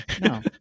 no